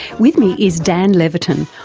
with me is dan levitin,